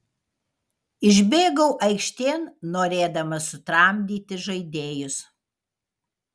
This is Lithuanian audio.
išbėgau aikštėn norėdamas sutramdyti žaidėjus